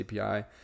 API